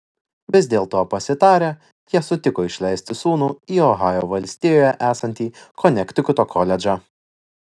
vis dėlto pasitarę jie sutiko išleisti sūnų į ohajo valstijoje esantį konektikuto koledžą